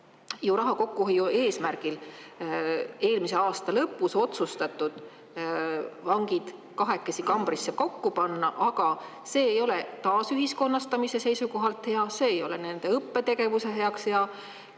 lõpus raha kokkuhoiu eesmärgil otsustatud vangid kahekesi kambrisse kokku panna, aga see ei ole taasühiskonnastamise seisukohalt hea, see ei ole nende õppetegevuse seisukohalt